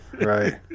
right